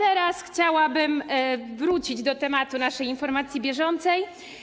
Ale teraz chciałabym wrócić do tematu naszej informacji bieżącej.